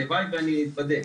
הלוואי ואני אתבדה.